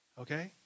Okay